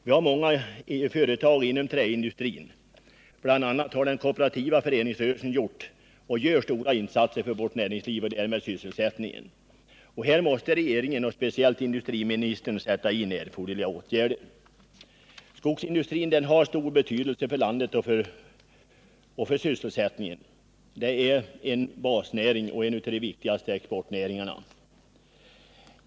Vi har många företag inom träindustrin, och bl.a. har den kooperativa föreningsrörelsen gjort och den gör också stora insatser för vårt näringsliv och därmed för sysselsättningen. Regeringen och speciellt industriministern måste se till att erforderliga åtgärder sätts in på detta område. Skogsindustrin har stor betydelse för landet och för sysselsättningen. Det är en basnäring och en av de viktigaste exportnäringarna.